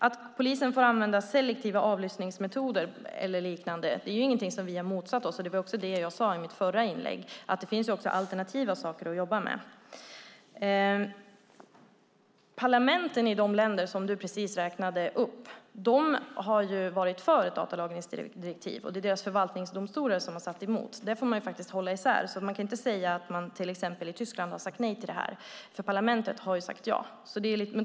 Att polisen får använda selektiva avlyssningsmetoder eller liknande är inget som vi har motsatt oss, och jag sade också i mitt förra inlägg att det även finns alternativa saker att jobba med. Parlamenten i de länder som Jens Holm precis räknade upp har varit för ett datalagringsdirektiv. Men deras författningsdomstolar har sagt emot. Detta får man hålla isär. Man kan inte säga att man i Tyskland har sagt nej till det här, för parlamentet har sagt ja.